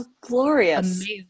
glorious